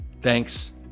Thanks